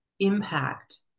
impact